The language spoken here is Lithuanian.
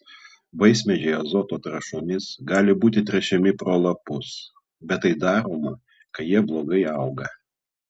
vaismedžiai azoto trąšomis gali būti tręšiami pro lapus bet tai daroma kai jie blogai auga